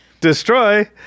Destroy